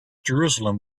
jerusalem